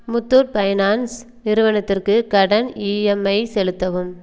Muthoot finance நிறுவனத்திற்கு கடன் EMI செலுத்தவும்